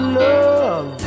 love